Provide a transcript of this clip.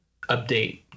update